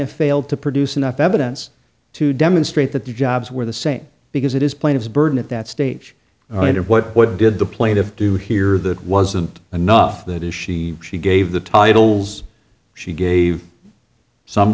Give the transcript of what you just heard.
plaintiff failed to produce enough evidence to demonstrate that the jobs were the same because it is plain as a burden at that stage all right what what did the plaintive do here that wasn't enough that is she she gave the titles she gave some